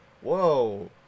Whoa